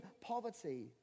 poverty